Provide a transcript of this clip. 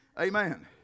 Amen